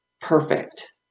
perfect